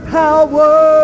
power